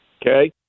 Okay